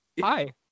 Hi